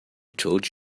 told